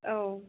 औ